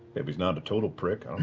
if he's not a total prick, i